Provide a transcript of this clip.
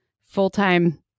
full-time